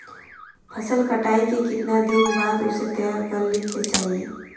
फसल कटाई के कीतना दिन बाद उसे तैयार कर ली के चाहिए?